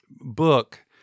book